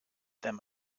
them